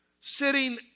sitting